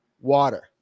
water